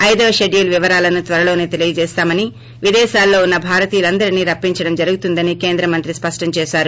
ఐదవ షెడ్యూల్ వివరాలను త్వరలోసే తెలియజేస్తామని విదేశాల్లో ఉన్స భారతీయులందరినీ రప్పించడం జరుగుతుందని కేంద్ర మంత్రి స్పష్టం చేశారు